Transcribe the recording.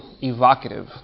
evocative